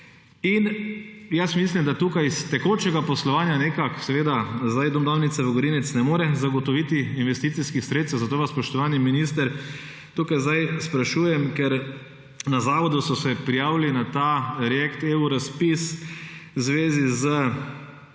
Jaz mislim, da iz tekočega poslovanja nekako seveda zdaj Dom Danice Vogrinec ne more zagotoviti investicijskih sredstev. Zato vas, spoštovani minister, tukaj zdaj sprašujem, ker na zavodu so se prijavili na ta razpis React-EU v zvezi z